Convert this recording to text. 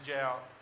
out